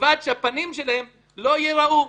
ובלבד שהפנים שלהם לא ייראו,